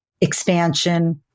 expansion